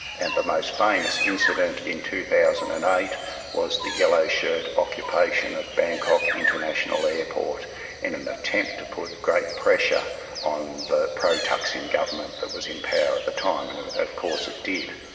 and the most famous incident in two thousand and eight was the yellow-shirt occupation of bangkok international airport in an attempt to put great pressure on the pro-thaksin government that was in power at the time, and and of course it did.